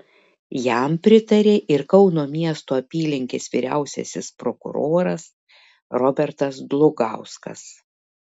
jam pritarė ir kauno miesto apylinkės vyriausiasis prokuroras robertas dlugauskas